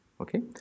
Okay